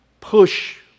push